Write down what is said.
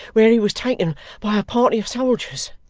where he was taken by a party of soldiers.